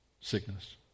sickness